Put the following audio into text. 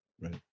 Right